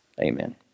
Amen